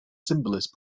symbolist